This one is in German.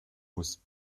muss